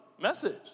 message